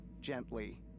gently